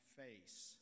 face